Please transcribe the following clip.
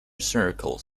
circle